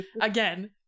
Again